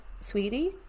sweetie